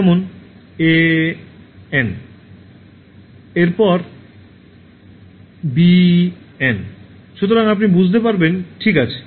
যেমন A N এবং তারপর বি এন সুতরাং আপনি বুঝতে পারবেন ঠিক আছে